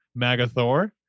Magathor